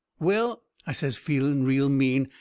well, i says, feeling real mean,